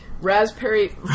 raspberry